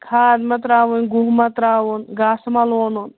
کھاد مہ ترٛاوُن گُہہ مہ ترٛاوُن گاسہٕ مہ لونُن